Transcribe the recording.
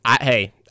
Hey